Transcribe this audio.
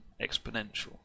exponential